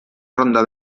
ronda